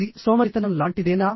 ఇది సోమరితనం లాంటిదేనా